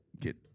get